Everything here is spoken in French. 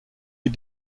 est